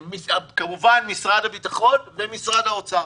כמובן משרד הביטחון ומשרד האוצר.